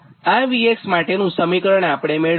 આ Vx માટેનું સમીકરણ આપણે મેળવ્યું